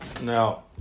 Now